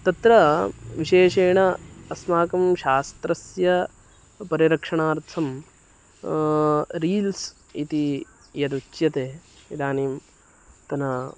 तत्र विशेषेण अस्माकं शास्त्रस्य परिरक्षणार्थं रील्स् इति यदुच्यते इदानीन्तनं